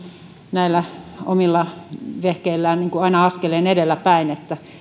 näillä omilla vehkeillään askeleen edelläpäin että